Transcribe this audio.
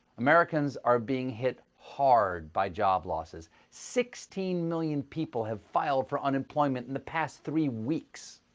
americans are being hit hard by job losses. sixteen million people have filed for unemployment in the past three weeks.